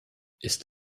ist